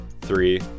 Three